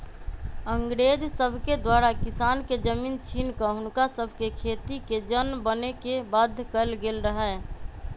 अंग्रेज सभके द्वारा किसान के जमीन छीन कऽ हुनका सभके खेतिके जन बने के बाध्य कएल गेल रहै